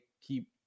keep